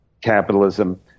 capitalism